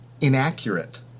inaccurate